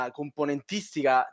componentistica